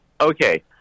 okay